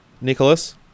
Nicholas